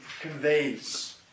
conveys